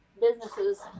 businesses